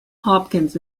hopkins